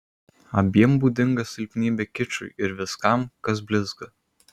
abiem būdinga silpnybė kičui ir viskam kas blizga